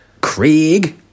Craig